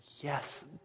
yes